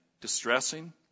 Distressing